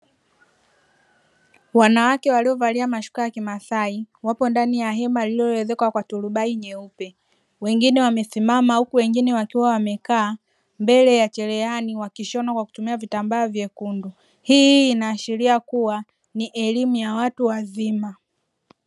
Wanawake waliovalia mashuka ya kimasai, wapo ndani ya hema lililoezekwa kwa turubai nyeupe, wengine wamesimama huku wengine wakiwa wamekaa mbele ya cherehani wakishona kwa kutumia vitambaa vya rangi nyekundu. Hii inaashiria kuwa ni elimu ya watu wazima.